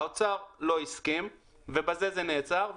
האוצר לא הסכים, ובזה זה נעצר.